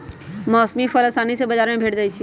मौसमी फल असानी से बजार में भेंट जाइ छइ